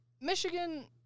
Michigan